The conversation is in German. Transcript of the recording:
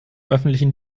öffentlichen